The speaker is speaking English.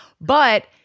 But-